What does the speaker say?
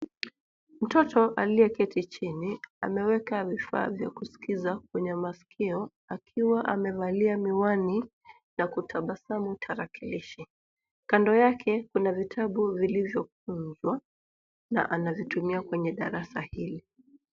Mtoto aliyeketi chini ameweka vifaa vya kusikiza kwenye maskio akiwa amevalia miwani na kutabasamu tarakilishi. Kando yake kuna vitabu vilivyokunjwa na anavitumia kwenye darasa hili.